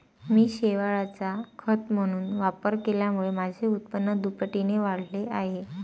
मी शेवाळाचा खत म्हणून वापर केल्यामुळे माझे उत्पन्न दुपटीने वाढले आहे